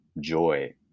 joy